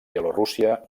bielorússia